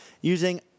using